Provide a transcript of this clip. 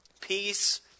Peace